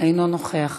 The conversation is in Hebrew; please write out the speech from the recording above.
אינו נוכח,